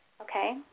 okay